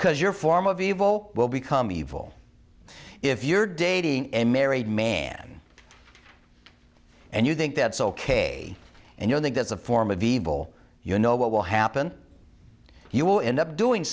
because your form of evil will become evil if you're dating a married man and you think that's ok and you think that's a form of evil you know what will happen you will end up doing